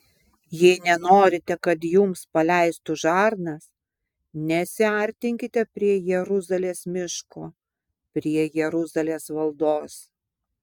jei nenorite kad jums paleistų žarnas nesiartinkite prie jeruzalės miško prie jeruzalės valdos